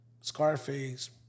Scarface